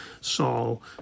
Saul